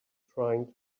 trying